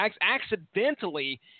accidentally